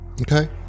Okay